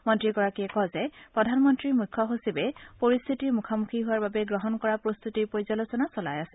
মন্ত্ৰীগৰাকীয়ে কয় যে প্ৰধানমন্ত্ৰীৰ মুখ্য সচিবে পৰিস্থিতিৰ মুখামুখি হোৱাৰ বাবে গ্ৰহণ কৰা প্ৰস্তুতিৰ পৰ্য্যালোচনা চলাই আছে